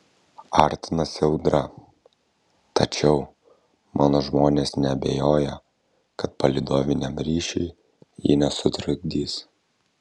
artinasi audra tačiau mano žmonės neabejoja kad palydoviniam ryšiui ji nesutrukdys